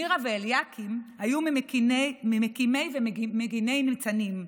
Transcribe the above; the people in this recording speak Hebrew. מירה ואליקים היו ממקימי ומגיני ניצנים,